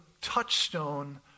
touchstone